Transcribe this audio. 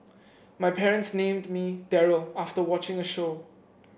my parents named me Daryl after watching a show